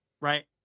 Right